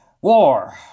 War